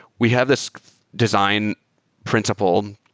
we have this design principle,